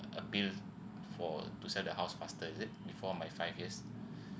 appeal for to sell the house faster is it before my five years